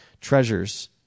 treasures